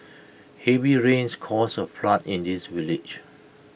heavy rains caused A flood in this village